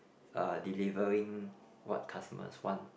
uh delivering what customers want